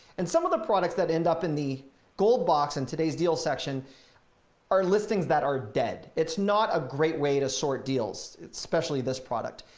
and some of the products that end up in the gold box and today's deal section or listings that are dead. it's not a great way to sort deals, especially this product,